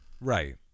Right